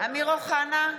אמיר אוחנה,